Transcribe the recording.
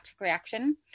reaction